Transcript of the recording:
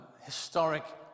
historic